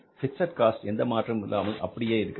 fixed cost எந்த மாற்றமும் இல்லாமல் அப்படியே இருக்கிறது